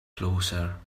closer